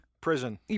Prison